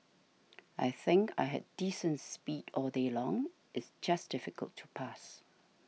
I think I had decent speed all day long it's just difficult to pass